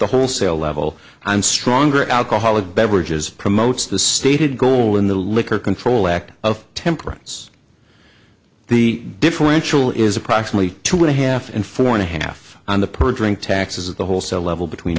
the wholesale level i'm stronger alcoholic beverages promotes the stated goal in the liquor control act of temperaments the differential is approximately two and a half in four and a half on the per drink taxes at the wholesale level between